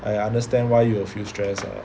I understand why you will feel stress ah